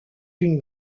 d’une